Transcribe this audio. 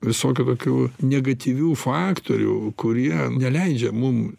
visokių tokių negatyvių faktorių kurie neleidžia mum